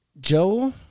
Joe